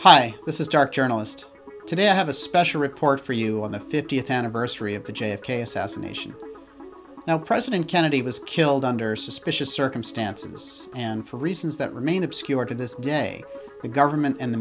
hi this is dark journalist today i have a special report for you on the fiftieth anniversary of the j f k assassination now president kennedy was killed under suspicious circumstances and for reasons that remain obscure to this day the government and the